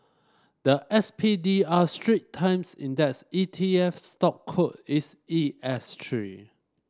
the S P D R Strait Times Index E T F stock code is E S three